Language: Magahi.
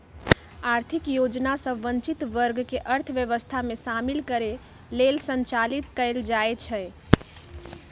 आर्थिक योजना सभ वंचित वर्ग के अर्थव्यवस्था में शामिल करे लेल संचालित कएल जाइ छइ